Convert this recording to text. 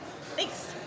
Thanks